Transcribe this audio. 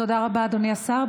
תודה רבה, אדוני השר.